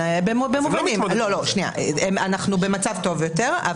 אנחנו במצב טוב יותר.